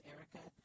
Erica